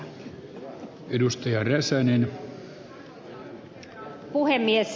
arvoisa herra puhemies